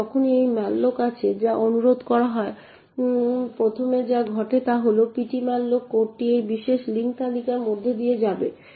এখন যখনই একটি malloc আছে যা অনুরোধ করা হয় প্রথমে যা ঘটে তা হল ptmalloc কোডটি এই বিশেষ লিঙ্ক তালিকার মধ্য দিয়ে যাবে